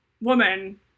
woman